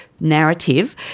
narrative